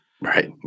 Right